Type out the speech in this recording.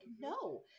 no